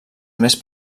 més